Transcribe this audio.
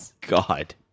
God